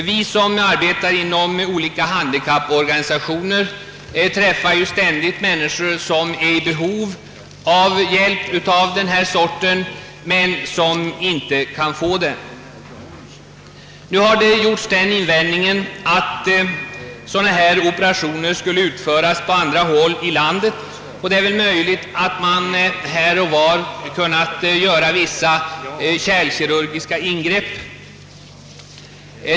Vi som arbetar inom olika handikapporganisationer träffar ständigt människor som är i behov av hjälp av detta slag men som inte kan få någon sådan hjälp. Det har framförts den invändningen att sådana här operationer skulle utföras på andra håll i landet. Det är ju möjligt att man här och var kunnat göra vissa kärlkirurgiska ingrepp.